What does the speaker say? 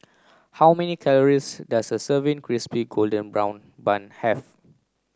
how many calories does a serving crispy golden brown bun have